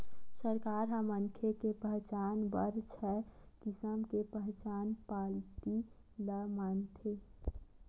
सरकार ह मनखे के पहचान बर छय किसम के पहचान पाती ल मानथे